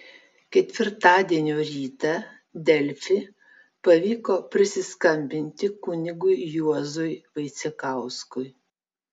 ketvirtadienio rytą delfi pavyko prisiskambinti kunigui juozui vaicekauskui